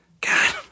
god